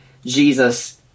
Jesus